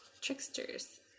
tricksters